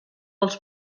els